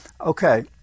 Okay